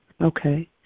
Okay